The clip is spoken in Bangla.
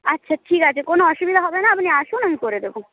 আচ্ছা ঠিক আছে কোনো অসুবিধা হবে না আপনি আসুন আমি করে দেবো